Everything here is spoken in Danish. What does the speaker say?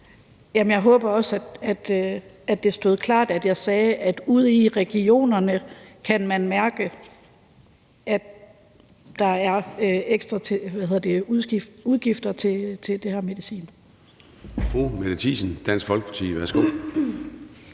Jeg håber også, at det stod klart, at jeg sagde, at man ude i regionerne kan mærke, at der er ekstra udgifter til den her medicin.